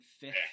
fifth